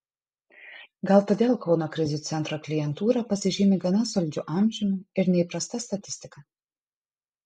gal todėl kauno krizių centro klientūra pasižymi gana solidžiu amžiumi ir neįprasta statistika